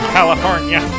California